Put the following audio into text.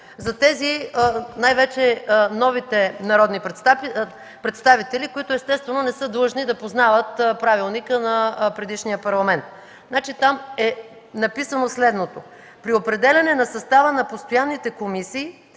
за тези, най-вече новите народни представители, които естествено не са длъжни да познават правилника на предишния Парламент. Там е написано следното: „При определяне на състава на постоянните комисии